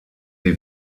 sie